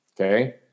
okay